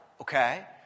okay